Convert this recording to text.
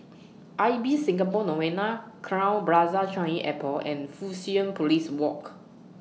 Ibis Singapore Novena Crowne Plaza Changi Airport and Fusionopolis Walk